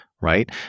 right